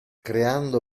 creando